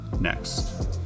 next